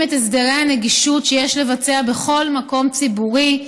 את הסדרי הנגישות שיש לבצע בכל מקום ציבורי,